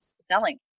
selling